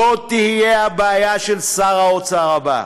זאת תהיה הבעיה של שר האוצר הבא.